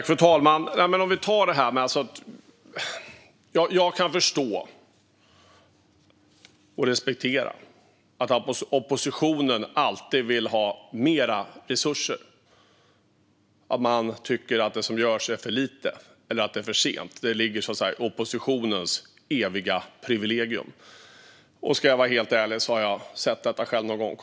Fru talman! Jag kan förstå och respektera att oppositionen alltid vill ha mer resurser. Att tycka att det som görs är för lite eller för sent ligger i oppositionens eviga privilegium. Och ska jag vara helt ärlig har jag väl själv sett detta komma någon gång.